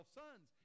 sons